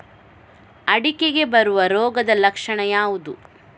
ಅಡಿಕೆಗೆ ಬರುವ ರೋಗದ ಲಕ್ಷಣ ಯಾವುದು?